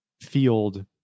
field